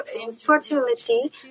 infertility